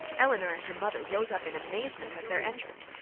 elinor and her mother rose up in amazement at their entrance,